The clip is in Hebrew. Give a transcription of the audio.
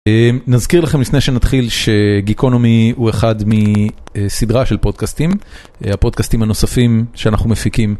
אה... נזכיר לכם לפני שנתחיל שגיקונומי הוא אחד מ, אה.. סדרה של פודקסטים. אה, הפודקסטים הנוספים שאנחנו מפיקים.